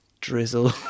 drizzle